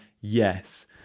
yes